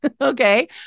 Okay